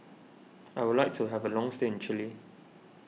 I would like to have a long stay in Chile